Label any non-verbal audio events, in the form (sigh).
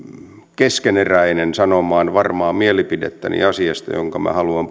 keskeneräinen sanomaan varmaa mielipidettäni asiasta jonka minä haluan (unintelligible)